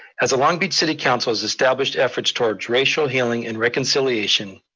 as the long beach city council has established efforts towards racial healing and reconciliation,